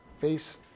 face